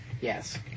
Yes